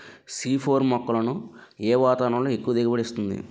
C four మొక్కలను ఏ వాతావరణంలో ఎక్కువ దిగుబడి ఇస్తుంది?